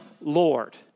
Lord